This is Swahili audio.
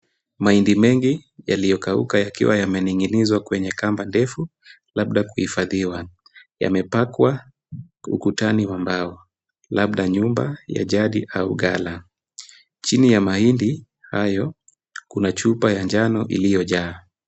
Mahindi mengi yaliyokauka yakiwa yamening'inizwa kwenye kamba ndefu labda kuhifadhiwa yamepakwa ukutani wa mbao labda nyumba ya jadi au gala. Chini ya mahindi hayo kuna chupa ya njano iliyojaa.